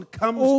comes